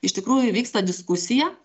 iš tikrųjų vyksta diskusija